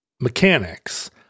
mechanics